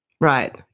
Right